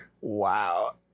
Wow